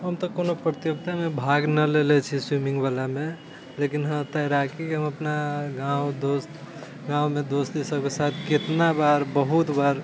हम तऽ कोनो प्रतियोगितामे भाग नहि लेले छी स्विमिङ्ग वालामे लेकिन हँ तैराकी हम अपना गाँव दोस्त गाँवमे दोस्ती सभके साथ कतेक बेर बहुत बेर